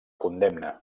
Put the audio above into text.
condemna